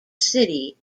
city